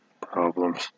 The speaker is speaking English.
problems